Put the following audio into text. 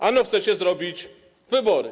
Ano chcecie zrobić wybory.